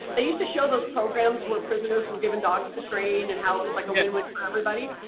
they used to show those programs where prisoners were given dogs to train and how it was like a win-win for everybody.